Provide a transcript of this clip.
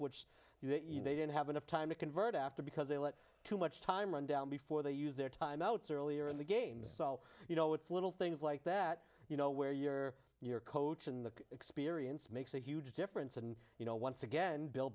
don't have enough time to convert after because they let too much time run down before they use their timeouts earlier in the game so you know it's little things like that you know where you're your coach and the experience makes a huge difference and you know once again bill